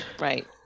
right